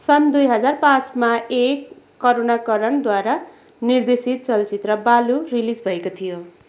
सन् दुई हजार पाँचमा ए करुणाकरणद्वारा निर्देशित चलचित्र बालू रिलिज भएको थियो